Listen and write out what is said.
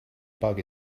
bug